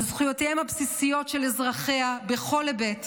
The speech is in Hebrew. על זכויותיהם הבסיסיות של אזרחיה, בכל היבט.